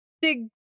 big